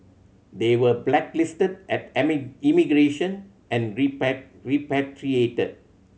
they were blacklisted at immigration and repatriated